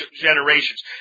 generations